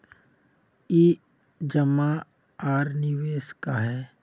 ई जमा आर निवेश का है?